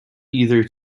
either